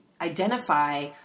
identify